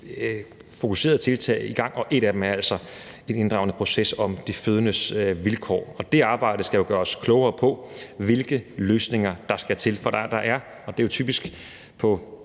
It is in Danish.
fokuserede tiltag i gang, og et af dem er altså en inddragende proces om de fødendes vilkår. Det arbejde skal jo gøre os klogere på, hvilke løsninger der skal til, for det er, og det er typisk på